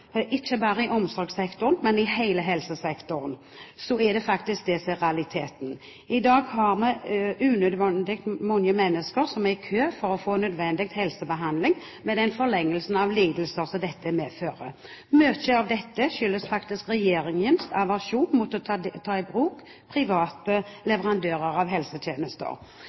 ikke bare i omsorgssektoren, men i hele helsesektoren, så er det faktisk det som er realiteten. I dag har vi unødvendig mange mennesker i kø for å få nødvendig helsebehandling, med den forlengelsen av lidelser som dette medfører. Mye av dette skyldes faktisk regjeringens aversjon mot å ta i bruk private leverandører av helsetjenester.